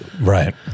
Right